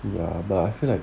ya but I feel like